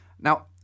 Now